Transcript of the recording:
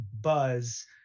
buzz